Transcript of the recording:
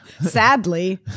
Sadly